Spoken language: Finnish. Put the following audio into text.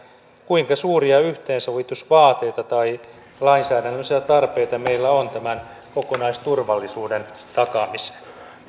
kuinka suuria yhteensovitusvaateita tai lainsäädännöllisiä tarpeita meillä on tämän kokonaisturvallisuuden takaamiseen